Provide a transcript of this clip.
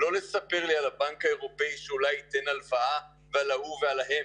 לא לספר לי על הבנק האירופאי שאולי ייתן הלוואה ועל ההוא ועל ההם,